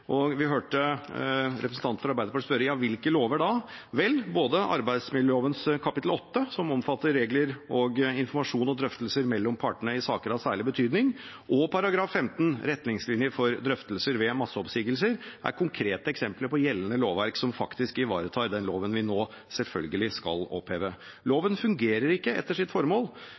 Vi hørte representanten fra Arbeiderpartiet spørre: Hvilke lover? Vel, både arbeidsmiljøloven kapittel 8, som omfatter regler om informasjon og drøftelser mellom partene i saker av særlig betydning, og § 15, retningslinjer for drøftelser ved masseoppsigelser, er konkrete eksempler på gjeldende lovverk som faktisk ivaretar den loven vi nå selvfølgelig skal oppheve. Loven fungerer ikke etter sitt formål.